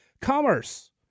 Commerce